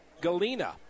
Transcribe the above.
Galena